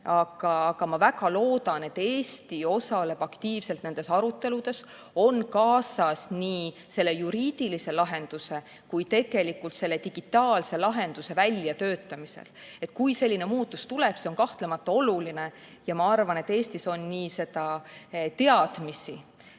Ma väga loodan, et Eesti osaleb aktiivselt nendes aruteludes, on kaasas nii selle juriidilise lahenduse kui ka digitaalse lahenduse väljatöötamisel. Kui selline muutus tuleb, on see kahtlemata oluline. Ja ma arvan, et Eestis on nii teadmisi